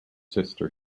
sister